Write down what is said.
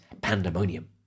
pandemonium